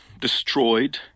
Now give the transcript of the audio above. destroyed